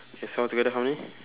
K so altogether how many